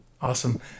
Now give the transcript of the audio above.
Awesome